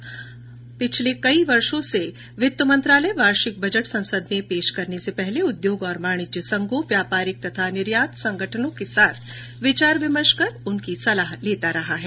हमारे पिछले कई वर्षों से वित्त मंत्रालय वार्षिक बजट संसद में पेश करने से पहले उद्योग और वाणिज्य संघों व्यापारिक तथा निर्यात संगठनों के साथ विचार विमर्श कर उनकी सलाह लेता रहा है